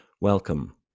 welcome